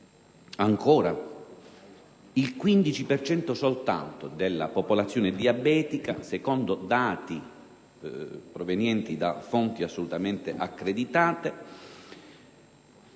Ancora, solo il 15 per cento della popolazione diabetica - secondo dati provenienti da fonti assolutamente accreditate